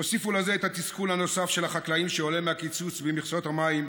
תוסיפו לזה את התסכול של החקלאים שעולה מהקיצוץ במכסות המים,